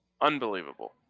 Unbelievable